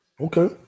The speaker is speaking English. okay